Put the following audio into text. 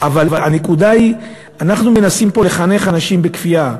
אבל הנקודה היא שאנחנו מנסים פה לחנך אנשים בכפייה.